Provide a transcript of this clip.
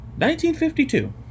1952